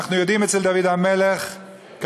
אנחנו יודעים אצל דוד המלך שכאשר